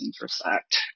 intersect